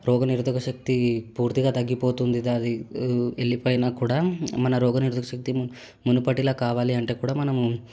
రోగనిరోధక శక్తి పూర్తిగా తగ్గిపోతుంది అది వెళ్ళిపోయినా కూడా మన రోగ నిరోధక శక్తి మునుపటిలా కావాలంటే కూడా మనము